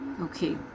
okay